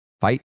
fight